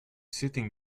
sitting